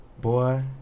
boy